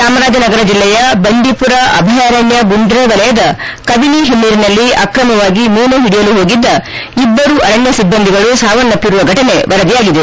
ಚಾಮರಾಜನ ನಗರ ಜಿಲ್ಲೆಯ ಬಂಡಿಮರ ಅಭಯಾರಣ್ಯ ಗುಂಡ್ರೆ ವಲಯದ ಕಬಿನಿ ಪಿನ್ನೀರಿನಲ್ಲಿ ಆಕ್ರಮವಾಗಿ ಮೀನು ಓಡಿಯಲು ಹೋಗಿದ್ದ ಇಬ್ಬರು ಅರಣ್ಯ ಸಿಬ್ಬಂದಿಗಳು ಸಾವನ್ನಪ್ಪಿರುವ ಘಟನೆ ವರದಿಯಾಗಿದೆ